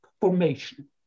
formation